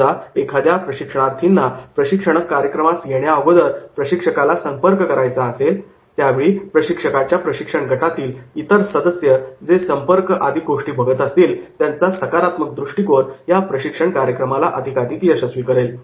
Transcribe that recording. समजा एखाद्या प्रशिक्षणार्थींना प्रशिक्षण कार्यक्रमास येण्याअगोदर प्रशिक्षकाला संपर्क करायचा असेल त्यावेळी प्रशिक्षकाच्या प्रशिक्षण गटातील इतर सदस्य जे संपर्क आदी गोष्टी बघत असतील त्यांचा सकारात्मक दृष्टिकोन या प्रशिक्षण कार्यक्रमाला अधिकाधिक यशस्वी करेल